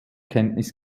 kenntnis